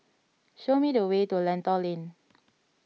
show me the way to Lentor Lane